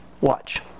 Watch